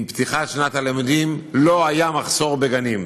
עם פתיחת שנת הלימודים, לא היה מחסור בגנים.